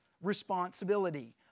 responsibility